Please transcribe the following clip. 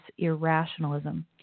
irrationalism